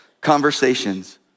conversations